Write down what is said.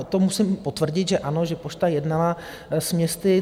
To musím potvrdit, že ano, že Pošta jednala s městy.